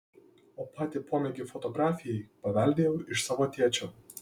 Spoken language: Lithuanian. o patį pomėgį fotografijai paveldėjau iš savo tėčio